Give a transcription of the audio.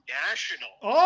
national